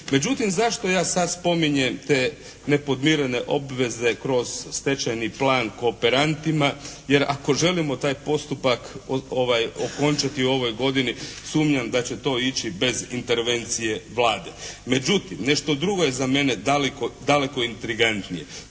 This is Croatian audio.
Međutim, zašto ja sad spominjem te nepodmirene obveze kroz stečajni plan kooperantima. Jer ako želimo taj postupak okončati u ovoj godini sumnjam da će to ići bez intervencije Vlade. Međutim, nešto drugo je za mene daleko intrigantnije.